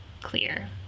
clear